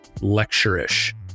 lecture-ish